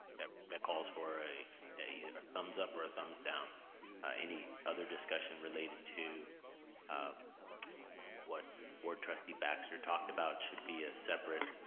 that that calls for a a thumbs-up or a thumbs-down any other discussion related to um what board trustee baxter talking about should be a separate